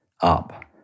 up